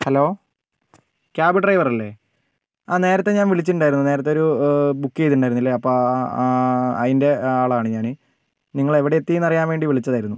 hello cab ഡ്രൈവറല്ലേ ആ നേരത്തെ ഞാൻ വിളിച്ചിട്ടുണ്ടായിരുന്നു നേരത്തെ ഒരു ബുക്ക് ചെയ്തിട്ടുണ്ടായിരുന്നില്ലേ അപ്പം അതിൻ്റെ ആളാണ് ഞാൻ നിങ്ങൾ എവിടെ എത്തിയെന്ന് അറിയാൻ വേണ്ടി വിളിച്ചതായിരുന്നു